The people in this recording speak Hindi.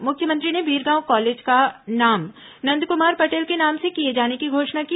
मुख्यमंत्री ने बिरगांव कॉलेज का नाम नंदकुमार पटेल के नाम से किए जाने की घोषणा की